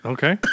Okay